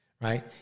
right